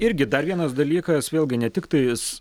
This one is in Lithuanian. irgi dar vienas dalykas vėlgi ne tiktais